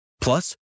Plus